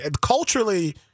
culturally